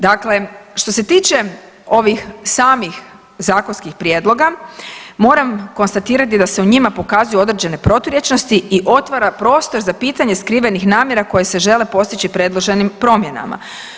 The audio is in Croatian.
Dakle, što se tiče ovih samih zakonskih prijedloga moram konstatirati da se u njima pokazuju određene proturječnosti i otvara prostor za pitanje skrivenih namjera koje se žele postići predloženim promjenama.